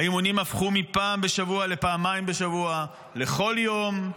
האימונים הפכו מפעם בשבוע לפעמיים בשבוע, לכל יום,